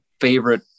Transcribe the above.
favorite